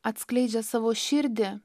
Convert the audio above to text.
atskleidžia savo širdį